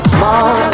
Small